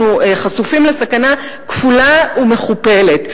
אנחנו חשופים לסכנה כפולה ומכופלת.